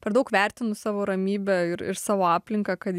per daug vertinu savo ramybę ir ir savo aplinką kad